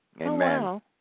Amen